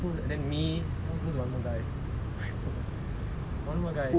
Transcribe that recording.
then me [one] whose one more guy I forgot